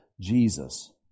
Jesus